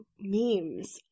memes